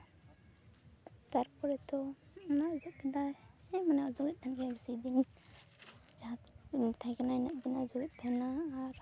ᱛᱟᱨᱯᱚᱨᱮ ᱛᱚ ᱚᱱᱟ ᱚᱡᱚᱜ ᱠᱮᱫᱟᱭ ᱦᱮᱸ ᱢᱟᱱᱮ ᱚᱡᱚᱜᱮᱫ ᱛᱟᱦᱮᱱ ᱜᱮᱭᱟᱭ ᱵᱤᱥᱤ ᱫᱤᱱ ᱡᱟᱦᱟᱸ ᱛᱤᱱᱟᱹᱜ ᱫᱤᱱ ᱛᱟᱦᱮᱠᱟᱱᱟ ᱤᱱᱟᱹᱜ ᱫᱤᱱᱮ ᱚᱡᱚᱜᱫ ᱛᱟᱦᱮᱱᱟ ᱟᱨ